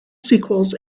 sequels